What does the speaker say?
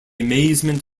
amazement